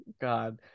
god